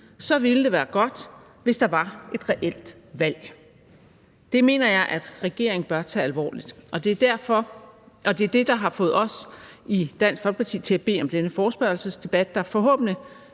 så ville det være godt, hvis der var et reelt valg. Det mener jeg regeringen bør tage alvorligt. Og det er det, der har fået os i Dansk Folkeparti til at bede om denne forespørgselsdebat, der forhåbentlig